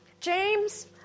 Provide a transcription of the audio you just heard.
James